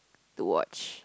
to watch